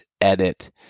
edit